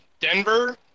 Denver